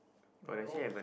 not wrong